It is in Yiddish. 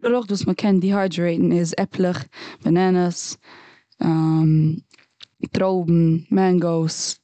פרוכט וואס מ'קען דיהיידערעיטן איז עפלעך, בענענעס, טרויבן, מענגאוס,